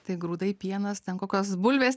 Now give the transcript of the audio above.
tai grūdai pienas ten kokios bulvės